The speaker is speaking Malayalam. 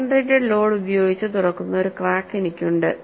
കോൺസെൻട്രേറ്റഡ് ലോഡ് ഉപയോഗിച്ച് തുറക്കുന്ന ഒരു ക്രാക്ക് എനിക്കുണ്ട്